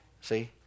See